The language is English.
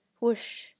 whoosh